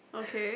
okay